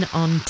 on